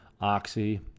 Oxy